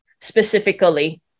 specifically